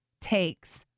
takes